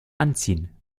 anziehen